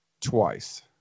twice